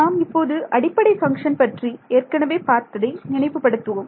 நாம் இப்போது அடிப்படை பங்க்ஷன் பற்றி ஏற்கனவே பார்த்ததை நினைவு படுத்துவோம்